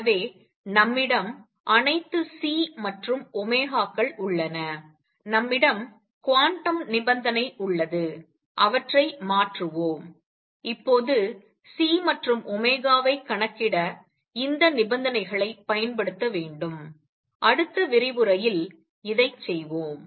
எனவே நம்மிடம் அனைத்து C மற்றும் கள் உள்ளன நம்மிடம் குவாண்டம் நிபந்தனை உள்ளது அவற்றை மாற்றுவோம் இப்போது C மற்றும் வைக் கணக்கிட இந்த நிபந்தனைகளைப் பயன்படுத்த வேண்டும் அடுத்த விரிவுரையில் இதை செய்வோம்